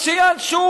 אז שייענש.